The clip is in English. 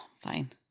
Fine